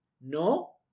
No